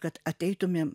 kad ateitumėm